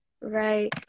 Right